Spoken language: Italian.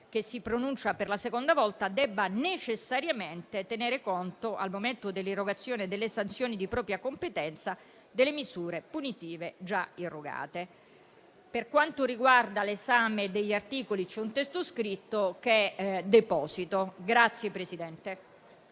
che si pronuncia per la seconda volta debba necessariamente tenere conto, al momento dell'erogazione delle sanzioni di propria competenza, delle misure punitive già erogate. Per quanto riguarda l'esame degli articoli, c'è un testo scritto che, come già detto,